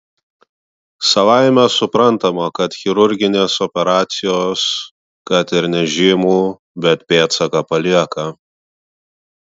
savaime suprantama kad chirurginės operacijos kad ir nežymų bet pėdsaką palieka